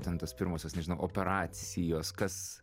ten tos pirmosios nežinau operacijos kas